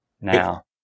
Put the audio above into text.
now